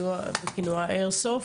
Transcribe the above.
הידוע בכינויו "האיירסופט".